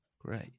great